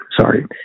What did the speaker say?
Sorry